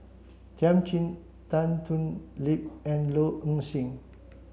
Thiam Chin Tan Thoon Lip and Low Ing Sing